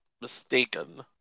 mistaken